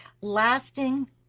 lasting